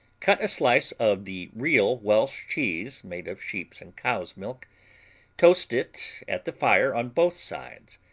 cut a slice of the real welsh cheese made of sheep's and cow's milk toast it at the fire on both sides,